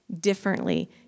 differently